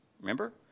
Remember